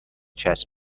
chess